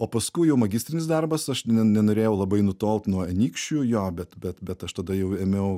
o paskui jau magistrinis darbas aš ne nenorėjau labai nutolt nuo anykščių bet bet bet aš tada jau ėmiau